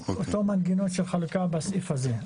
אותו מנגנון של חלוקה בסעיף הזה.